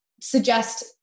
suggest